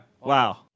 Wow